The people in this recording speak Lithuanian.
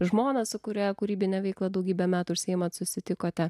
žmona su kuria kūrybine veikla daugybę metų užsiimate susitikote